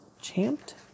Champed